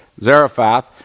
Zarephath